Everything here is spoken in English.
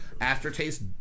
aftertaste